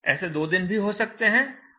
ऐसे 2 दिन भी हो सकते हैं और ज्यादा भी